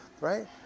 right